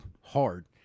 hard